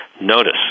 notice